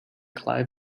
clive